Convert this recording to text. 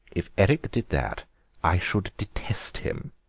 if eric did that i should detest him.